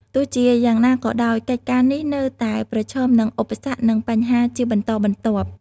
ទោះជាយ៉ាងណាក៏ដោយ កិច្ចការនេះនៅតែប្រឈមនឹងឧបសគ្គនិងបញ្ហាជាបន្តបន្ទាប់។